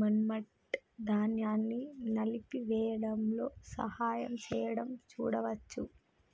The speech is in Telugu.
మెమ్నెట్, ధాన్యాన్ని నలిపివేయడంలో సహాయం చేయడం చూడవచ్చు